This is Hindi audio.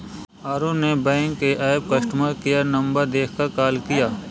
अरुण ने बैंक के ऐप कस्टमर केयर नंबर देखकर कॉल किया